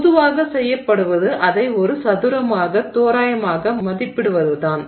பொதுவாக செய்யப்படுவது அதை ஒரு சதுரமாக தோராயமாக மதிப்பிடுவதுதான்